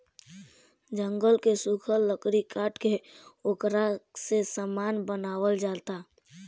जंगल के सुखल लकड़ी काट के ओकरा से सामान बनावल जाता